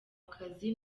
akazi